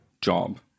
job